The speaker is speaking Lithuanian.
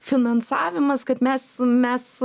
finansavimas kad mes mes